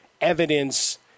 evidence